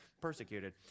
Persecuted